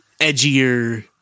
edgier